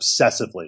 obsessively